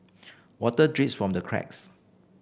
water drips from the cracks